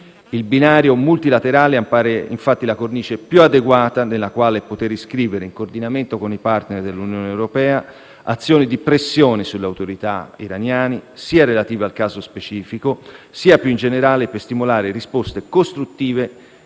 Il binario multilaterale appare infatti la cornice più adeguata nella quale poter iscrivere, in coordinamento con i *partner* dell'Unione europea, azioni di pressione sulle autorità iraniane sia relative al caso specifico sia - più in generale - per stimolare risposte costruttive